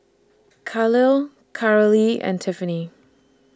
Khalil Carolee and Tiffany